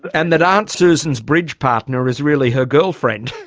and that aunt susan's bridge partner is really her girlfriend.